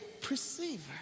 perceiver